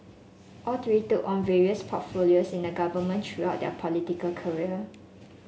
all three took on various portfolios in the government throughout their political career